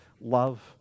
love